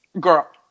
Girl